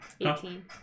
Eighteen